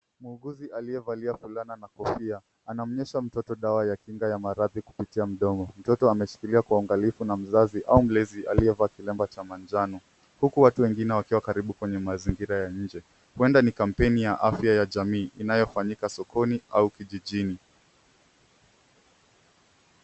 Muuguzi aliyevalia fulana na kofia anamnywesha mtoto dawa ya kinga ya maradhi kupitia mdomo. Mtoto ameshikiliwa kwa uangalifu na mzazi au mlezi aliyevaa kilemba cha manjano huku watu wengine wakiwa karibu kwenye mazingira ya nje. Huenda ni kampeni ya afya ya jamii inayofanyika sokoni au kijijini.